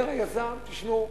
אומר היזם, תשמעו,